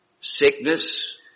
sickness